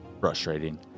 frustrating